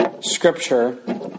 Scripture